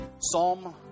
Psalm